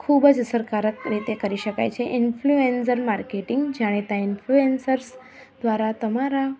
ખૂબ જ અસરકારક રીતે કરી શકાય છે ઇનફલૂએન્સર માર્કેટિંગ જાણીતા ઇનફલૂએન્સર દ્વારા તમારા